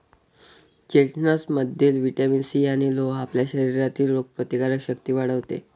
चेस्टनटमधील vitamin C आणि लोह आपल्या शरीरातील रोगप्रतिकारक शक्ती वाढवते